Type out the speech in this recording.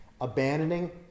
Abandoning